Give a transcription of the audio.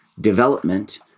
development